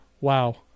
wow